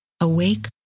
awake